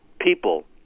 people